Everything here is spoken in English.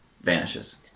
Vanishes